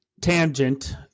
tangent